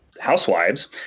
housewives